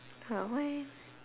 ah why